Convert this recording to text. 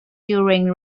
during